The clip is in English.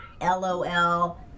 L-O-L